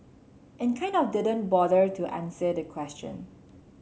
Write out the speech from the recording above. and kind of didn't bother to answer the question